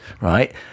right